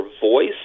voice